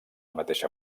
mateixa